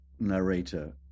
narrator